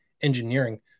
engineering